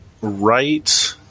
right